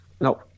No